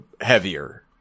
heavier